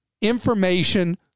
information